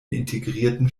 integrierten